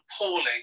appalling